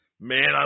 man